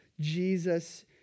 Jesus